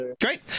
great